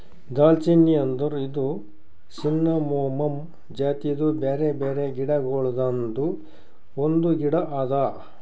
ದಾಲ್ಚಿನ್ನಿ ಅಂದುರ್ ಇದು ಸಿನ್ನಮೋಮಮ್ ಜಾತಿದು ಬ್ಯಾರೆ ಬ್ಯಾರೆ ಗಿಡ ಗೊಳ್ದಾಂದು ಒಂದು ಗಿಡ ಅದಾ